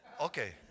Okay